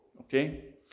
okay